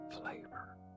flavor